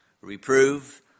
Reprove